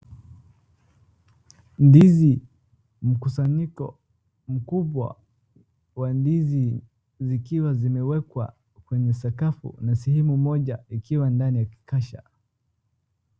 Ndizi, mkusanyiko mkubwa wa ndizi zikiwa zimewekwa kwenye sakafu na sehemu moja ikiwa ndani ya kikasha.